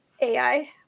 AI